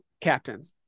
captain